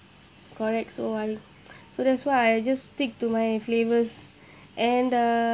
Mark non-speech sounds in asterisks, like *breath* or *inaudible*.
correct so I *breath* so that's why I just stick to my flavors and uh